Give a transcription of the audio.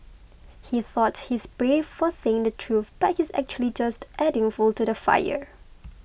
he thought he's brave for saying the truth but he's actually just adding fuel to the fire